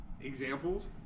Examples